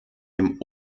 dem